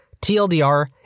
TLDR